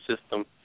system